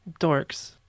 Dorks